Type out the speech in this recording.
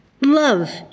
Love